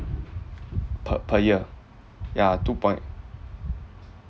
per per year yeah two point